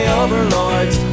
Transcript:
overlords